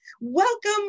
Welcome